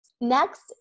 Next